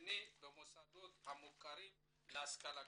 ושני במוסדות המוכרים להשכלה גבוהה.